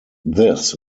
this